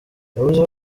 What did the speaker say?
yavuze